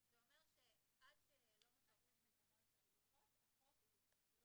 שעד שלא מפרסמים את הנוהל של התמיכות החוק לא